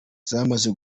zamaze